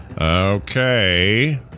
Okay